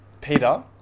Peter